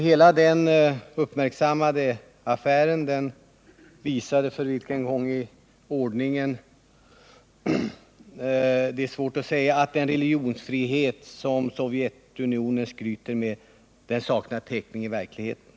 Hela denna uppmärksammade affär visade — för vilken gång i ordningen är svårt att säga —att den religionsfrihet som Sovjetunionen skryter med saknar täckning i verkligheten.